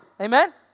amen